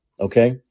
okay